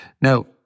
Now